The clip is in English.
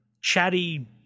chatty